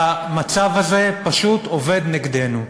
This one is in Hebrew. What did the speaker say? המצב הזה פשוט עובד נגדנו.